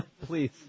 Please